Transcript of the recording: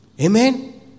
Amen